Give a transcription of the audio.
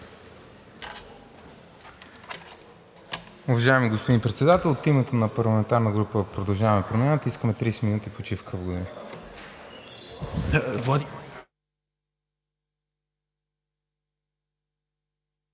Уважаеми господин Председател, от името на парламентарната група на „Продължаваме Промяната“ искам 30 минути почивка.